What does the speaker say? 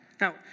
Now